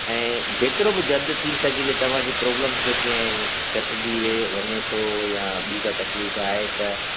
ऐं जेतिरो बि जल्दु थी सघी त तव्हां जी प्रोब्लम्स जेके आहिनि कटिजी वे वञे थो यां ॿी का तक़लीफ़ु आहे त